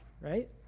right